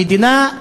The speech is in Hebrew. המדינה,